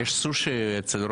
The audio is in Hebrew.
שלושה.